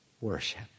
worship